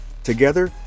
Together